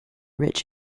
rich